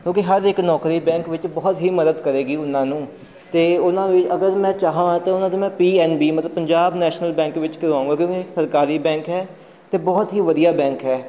ਕਿਉਂਕਿ ਹਰ ਇੱਕ ਨੌਕਰੀ ਬੈਂਕ ਵਿੱਚ ਬਹੁਤ ਹੀ ਮਦਦ ਕਰੇਗੀ ਉਹਨਾਂ ਨੂੰ ਅਤੇ ਉਹਨਾਂ ਵੀ ਅਗਰ ਮੈਂ ਚਾਹਾਂ ਤਾਂ ਉਹਨਾਂ ਦੀ ਮੈਂ ਪੀ ਐੱਨ ਬੀ ਮਤਲਬ ਪੰਜਾਬ ਨੈਸ਼ਨਲ ਬੈਂਕ ਵਿੱਚ ਕਰਵਾਉਂਗਾ ਕਿਉਂਕਿ ਸਰਕਾਰੀ ਬੈਂਕ ਹੈ ਅਤੇ ਬਹੁਤ ਹੀ ਵਧੀਆ ਬੈਂਕ ਹੈ